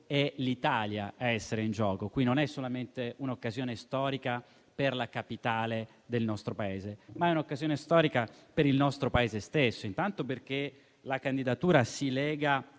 è l'Italia ad essere in gioco. Non si tratta solamente di un'occasione storica per la Capitale del nostro Paese: è un'occasione storica per il nostro stesso Paese, intanto perché la candidatura si lega